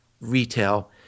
retail